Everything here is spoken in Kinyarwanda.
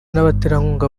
n’abaterankunga